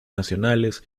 nacionales